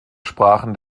sprachen